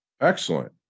Excellent